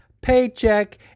paycheck